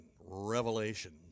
Revelation